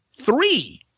Three